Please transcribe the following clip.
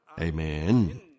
Amen